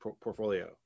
portfolio